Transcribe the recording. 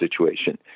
situation